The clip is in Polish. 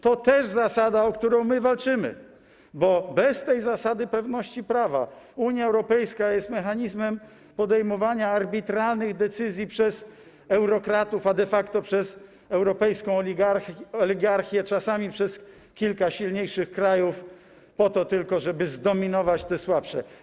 To też zasada, o którą walczymy, bo bez tej zasady pewności prawa Unia Europejska jest mechanizmem podejmowania arbitralnych decyzji przez eurokratów, a de facto przez europejską oligarchię, czasami przez kilka silniejszych krajów, po to tylko, żeby zdominować te słabsze.